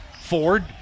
Ford